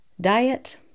Diet